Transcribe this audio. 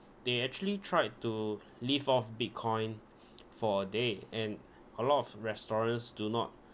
they actually tried to live off bitcoin for a day and a lot of restaurants do not